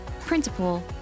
principal